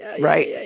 Right